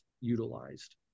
utilized